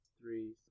three